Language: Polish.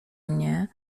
mnie